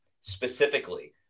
specifically